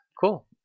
Cool